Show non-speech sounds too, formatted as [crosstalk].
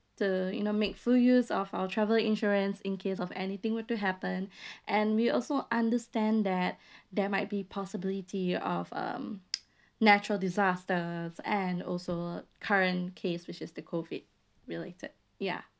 to you know make full use of our travel insurance in case of anything were to happen [breath] and we also understand that [breath] there might be possibility of um [noise] natural disasters and also current case which is the COVID related ya